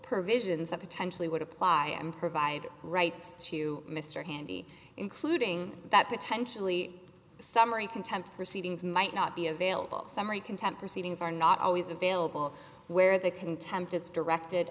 per visions that potentially would apply and provide rights to mr handy including that potentially summary contempt proceedings might not be available in summary contempt or seedings are not always available where the contempt is directed